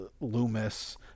Loomis